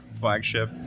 flagship